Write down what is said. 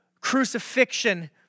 crucifixion